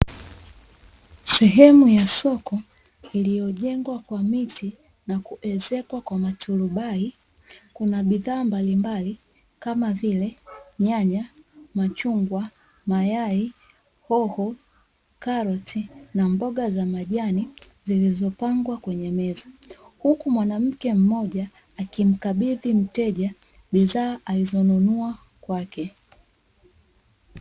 Sehemu ya soko iliyojengwa kwa miti na kuezekwa kwa maturubai kuna bidhaa mbalimbali kama vile: nyanya, machungwa, mayai, hoho, karoti na mboga za majani zilizopangwa kwenye meza, huku mwanamke mmoja akimkabidhi mteja bidhaa alizonunua kwake.